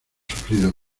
sufrido